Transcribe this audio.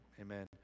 amen